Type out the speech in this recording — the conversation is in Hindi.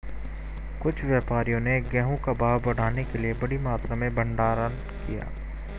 कुछ व्यापारियों ने गेहूं का भाव बढ़ाने के लिए बड़ी मात्रा में भंडारण किया